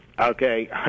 Okay